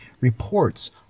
reports